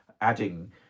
adding